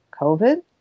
COVID